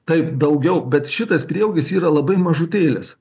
taip daugiau bet šitas prieaugis yra labai mažutėlis